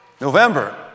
November